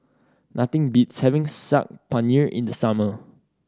nothing beats having Saag Paneer in the summer